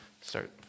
start